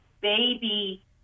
baby